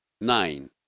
nine